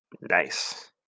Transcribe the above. Nice